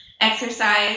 exercise